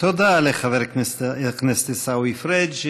תודה לחבר הכנסת עיסאווי פריג'.